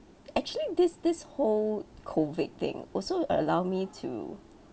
actually this this whole COVID thing also allow me to